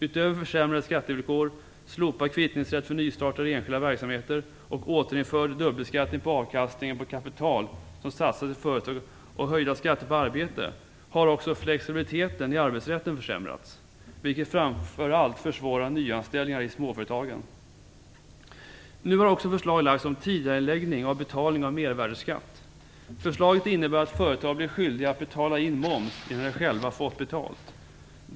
Utöver försämrade skattevillkor - slopad kvittningsrätt för nystartade enskilda verksamheter, återinförd dubbelbeskattning på avkastningen på det kapital som satsas i företag och höjda skatter på arbete - har också flexibiliteten i arbetsrätten försämrats, vilket framför allt försvårar nyanställningar i småföretagen. Nu har också förslag framlagts om en tidigareläggning av betalning av mervärdesskatt. Förslaget innebär att företag blir skyldiga att betala in moms innan de själva fått betalt.